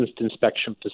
inspection